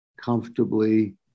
comfortably